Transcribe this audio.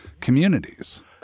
communities